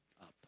up